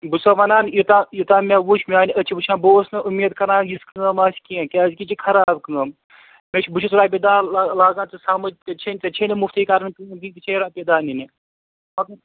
بہٕ چھُسَو ونان یوٗتاہ یوٗتاہ مےٚ وُچھ میٛانہِ أچھٕ وُچھان بہٕ اوسُس نہٕ اُمید کران یِژھ کٲم آسہِ کیٚنٛہہ کیٛازِکہِ یہِ چھِ خراب کٲم مےٚ چھِ بہٕ چھُس رۅپیہِ دَہ لاگان ژٕ سمجھ ژےٚ چھےٚ نہٕ ژےٚ چھِےٚ نہَ مُفتٕے کَرٕنۍ کٲم ژےٚ تہِ چھےٚ رۅپیہِ دَہ نِنہٕ